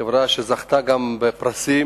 חברה שזכתה גם בפרסים,